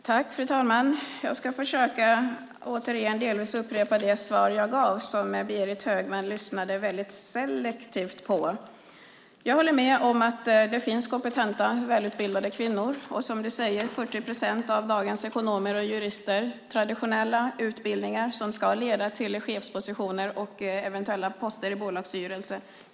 Fru talman! Jag ska försöka delvis upprepa det svar jag gav som Berit Högman lyssnade väldigt selektivt på. Jag håller med om att det finns kompetenta, välutbildade kvinnor. Som du säger är 40 procent av dagens ekonomer och jurister kvinnor. Det är traditionella utbildningar som ska leda till chefspositioner och eventuella poster i bolagsstyrelser.